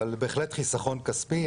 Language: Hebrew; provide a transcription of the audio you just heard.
אבל בהחלט חיסכון כספי.